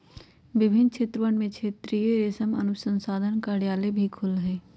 विभिन्न क्षेत्रवन में क्षेत्रीय रेशम अनुसंधान कार्यालय भी खुल्ल हई